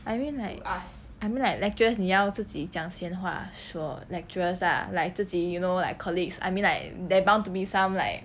I mean like I mean like lecturers 你要自己讲闲话说 lecturers ah like 自己 you know like colleagues I mean like there are bound to be some like